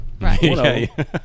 Right